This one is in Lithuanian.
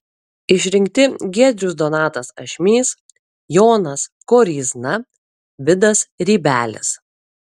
išrinkti giedrius donatas ašmys jonas koryzna vidas rybelis